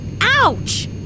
Ouch